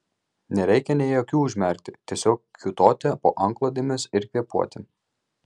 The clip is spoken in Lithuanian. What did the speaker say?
nereikia nė akių užmerkti tiesiog kiūtoti po antklodėmis ir kvėpuoti